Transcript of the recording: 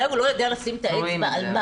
אולי הוא לא יודע לשים את האצבע על מה,